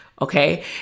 Okay